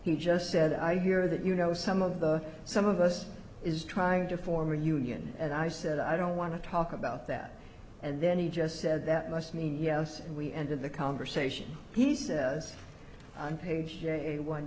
he just said i hear that you know some of the some of us is trying to form a union and i said i don't want to talk about that and then he just said that must mean yes we ended the conversation he says i'm